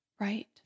Right